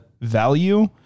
value